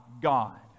God